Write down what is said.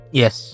yes